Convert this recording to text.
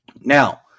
Now